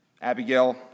Abigail